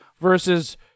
versus